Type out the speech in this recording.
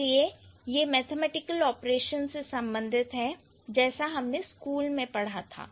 इसलिए यह mathematical operation से संबंधित है जैसा हमने स्कूल में पढ़ा था